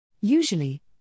Usually